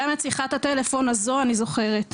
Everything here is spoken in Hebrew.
גם את שיחת הטלפון הזו אני זוכרת,